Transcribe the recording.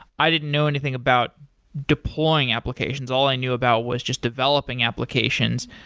i didn't know anything about deploying applications. all i knew about was just developing applications.